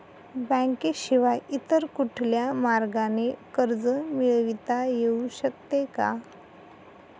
बँकेशिवाय इतर कुठल्या मार्गाने कर्ज मिळविता येऊ शकते का?